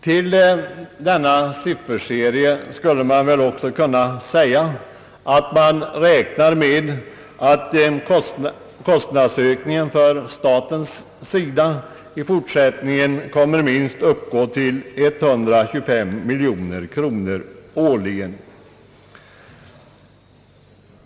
Till denna sifferserie skulle också kunna knytas reflexionen att man räknar med att kostnadsökningen för staten i fortsättningen kommer att uppgå till minst 125 miljoner kronor årligen.